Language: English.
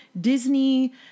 Disney